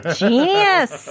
genius